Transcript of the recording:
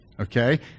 Okay